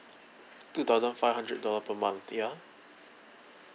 two thousand five hundred dollar per month ya